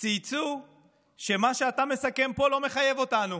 צייצו שמה שאתה מסכם פה לא מחייב אותנו.